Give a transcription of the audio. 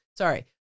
Sorry